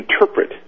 interpret